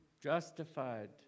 justified